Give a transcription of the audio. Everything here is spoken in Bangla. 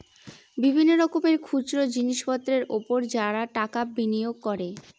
বিভিন্ন রকমের খুচরো জিনিসপত্রের উপর যারা টাকা বিনিয়োগ করে